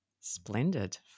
Splendid